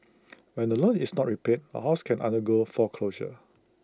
when the loan is not repaid A house can undergo foreclosure